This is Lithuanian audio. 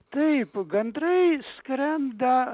taip gandrai skrenda